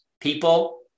people